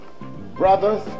Brothers